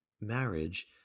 Marriage